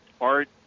Art